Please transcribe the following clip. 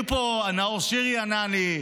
נאור שירי ענה לי,